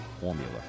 formula